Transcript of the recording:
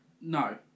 No